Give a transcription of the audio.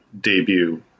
debut